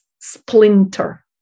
splinter